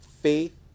faith